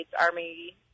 Army